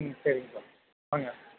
ம் சரிங்கப்பா வாங்க